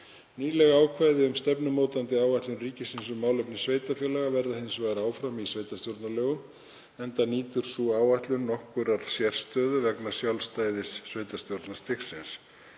Nýleg ákvæði um stefnumótandi áætlun ríkisins um málefni sveitarfélaga verða hins vegar áfram í sveitarstjórnarlögum, enda nýtur sú áætlun nokkurrar sérstöðu vegna sjálfstæðis sveitarstjórnarstigsins.